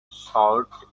sought